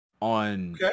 on